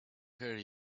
care